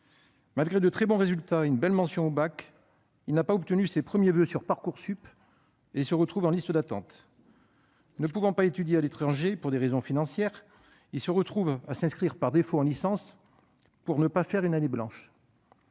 Malgré de très bons résultats scolaires et une belle mention au baccalauréat, il n'a pas obtenu ses premiers voeux sur Parcoursup et se retrouve sur une liste d'attente. Ne pouvant aller étudier à l'étranger, pour des raisons financières, il se retrouve contraint de s'inscrire par défaut en licence, pour ne pas faire une année blanche.